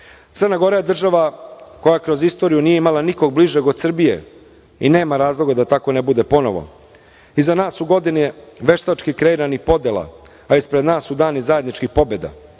Gora je država koja kroz istoriju nije imala nikog bližeg od Srbije i nema razloga da tako ne bude ponovo. Iza nas su godine veštački kreiranih podela, a ispred nas su dani zajedničkih pobeda.